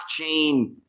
blockchain